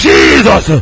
Jesus